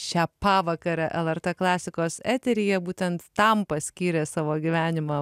šią pavakarę lrt klasikos eteryje būtent tam paskyrė savo gyvenimą